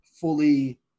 fully